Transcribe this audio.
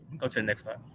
go to the next one.